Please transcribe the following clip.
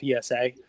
PSA